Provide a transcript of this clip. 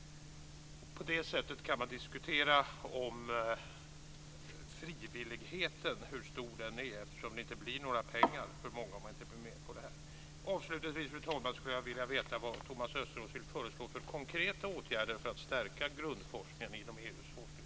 På det sättet kan man diskutera hur stor frivilligheten är, eftersom det inte blir några pengar för många om man inte går med på detta. Fru talman! Avslutningsvis skulle jag vilja veta vad Thomas Östros vill föreslå för konkreta åtgärder för att stärka grundforskningen inom EU:s forskningspolitik.